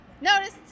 noticed